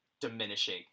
diminishing